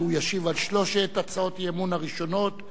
והוא ישיב על שלוש הצעות האי-אמון הראשונות,